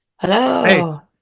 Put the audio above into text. Hello